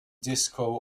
disco